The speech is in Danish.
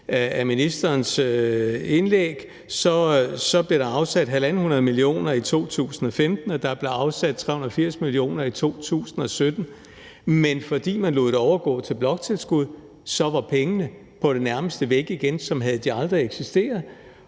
af ministerens indlæg, blev der afsat 150 mio. kr. i 2015, og der blev afsat 380 mio. kr. i 2017. Men fordi man lod det overgå til bloktilskud, var pengene på det nærmeste væk igen, som havde de aldrig eksisteret.